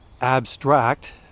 abstract